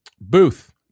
Booth